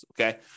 okay